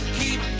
keep